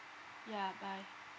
ya bye